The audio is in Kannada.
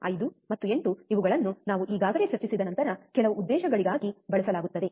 1 5 ಮತ್ತು 8 ಇವುಗಳನ್ನು ನಾವು ಈಗಾಗಲೇ ಚರ್ಚಿಸಿದ ಇತರ ಕೆಲವು ಉದ್ದೇಶಗಳಿಗಾಗಿ ಬಳಸಲಾಗುತ್ತದೆ